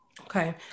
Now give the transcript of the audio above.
Okay